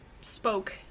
spoke